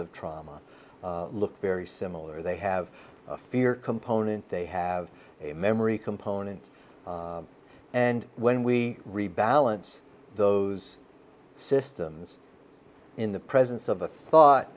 of trauma look very similar they have a fear component they have a memory component and when we rebalance those systems in the presence of a thought